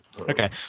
Okay